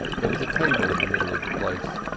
there was a table in the middle of the place.